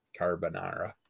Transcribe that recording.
Carbonara